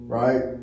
right